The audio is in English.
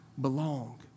belong